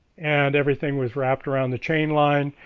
and everything was wrapped around the chain line,